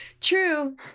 True